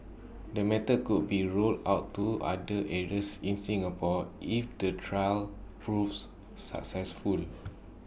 the method could be rolled out to other areas in Singapore if the trial proves successful